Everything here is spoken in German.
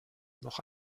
noch